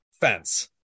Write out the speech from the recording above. fence